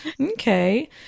Okay